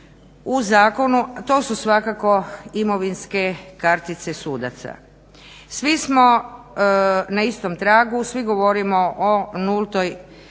u zakonu to su svakako imovinske kartice sudaca. Svi smo na istom tragu, svi govorimo o